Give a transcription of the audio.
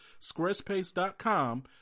squarespace.com